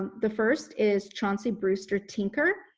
um the first is chauncey brewster tinker.